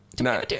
No